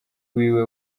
wiwe